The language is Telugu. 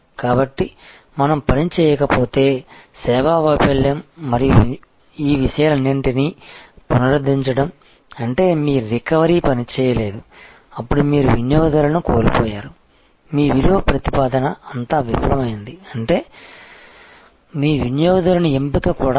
కాబట్టి మనం పని చేయకపోతే సేవా వైఫల్యం మరియు ఈ విషయాలన్నింటినీ పునరుద్ధరించడం అంటే మీ రికవరీ పని చేయలేదు అప్పుడు మీరు వినియోగదారులను కోల్పోయారు మీ విలువ ప్రతిపాదన అంతా విఫలమైంది అంటే మీ వినియోగదారుని ఎంపిక కూడా తప్పు